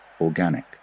organic